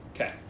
Okay